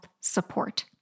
support